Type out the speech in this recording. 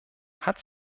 hat